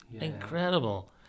incredible